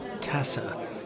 Tessa